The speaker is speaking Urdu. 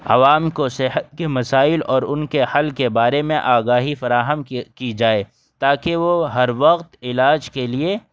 عوام کو صحت کی مسائل اور ان کے حل کے بارے میں آگاہی فراہم کی جائے تاکہ وہ ہر وقت علاج کے لیے